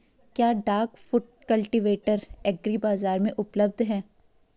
क्या duck foot cultivator agri बाज़ार में उपलब्ध है?